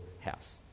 house